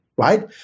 right